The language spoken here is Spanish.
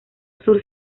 sur